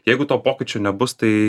jeigu to pokyčio nebus tai